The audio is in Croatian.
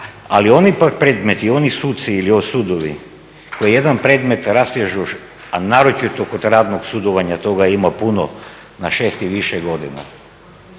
Ali oni pak predmeti, oni suci ili sudovi koji jedan predmet rastežu, a naročito kod radnog sudovanja toga ima puno na 6 i više godina,